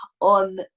on